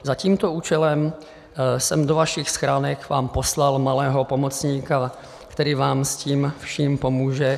Za tímto účelem jsem vám do vašich schránek poslal malého pomocníka, který vám s tím vším pomůže.